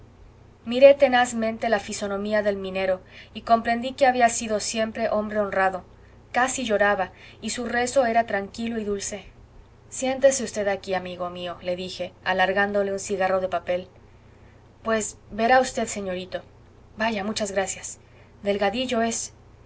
rezaba miré tenazmente la fisonomía del minero y comprendí que había sido siempre hombre honrado casi lloraba y su rezo era tranquilo y dulce siéntese v aquí amigo mío le dije alargándole un cigarro de papel pues verá v señorito vaya muchas gracias delgadillo es